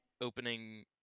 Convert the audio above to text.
opening